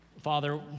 Father